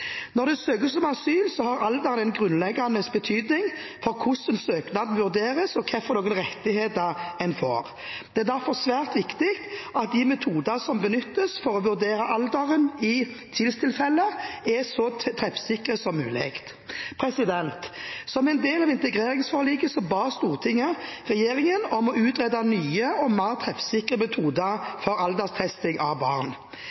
Når det søkes om asyl, er alder av grunnleggende betydning for hvordan søknaden vurderes og hva slags rettigheter en har. Det er derfor svært viktig at de metodene som benyttes for å vurdere alder i tvilstilfeller, er så treffsikre som mulig. Som en del av integreringsforliket ba Stortinget regjeringen om å utrede nye og mer treffsikre metoder for alderstesting av barn.